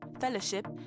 fellowship